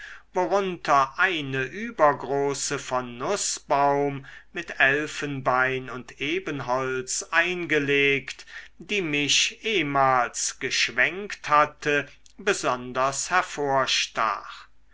worunter eine übergroße von nußbaum mit elfenbein und ebenholz eingelegt die mich ehmals geschwenkt hatte besonders